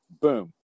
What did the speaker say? boom